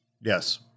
Yes